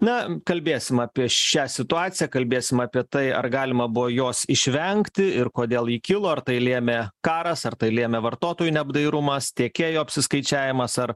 na kalbėsime apie šią situaciją kalbėsim apie tai ar galima buvo jos išvengti ir kodėl ji kilo ar tai lėmė karas ar tai lėmė vartotojų neapdairumas tiekėjų apsiskaičiavimas ar